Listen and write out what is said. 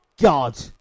God